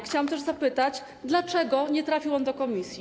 Chciałam też zapytać, dlaczego nie trafił on do komisji.